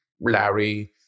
Larry